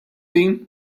din